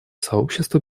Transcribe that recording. сообщество